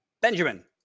Benjamin